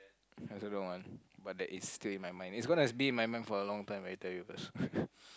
I also don't want but that is still in my mind it's going to be in my mind for a long time I tell you first